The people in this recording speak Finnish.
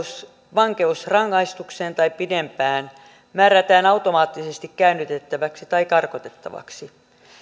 vankeusrangaistukseen tai pidempään määrätään automaattisesti käännytettäväksi tai karkotettavaksi